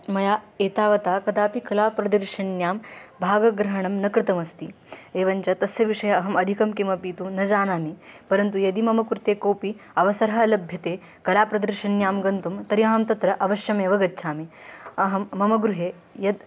मया एतावता कदापि कलाप्रदर्शन्यां भागग्रहणं न कृतमस्ति एवञ्च तस्य विषये अहम् अधिकं किमपि तु न जानामि परन्तु यदि मम कृते कोऽपि अवसरः लभ्यते कलाप्रदर्शन्यां गन्तुं तर्हि अहं तत्र अवश्यमेव गच्छामि अहं मम गृहे यत्